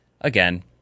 Again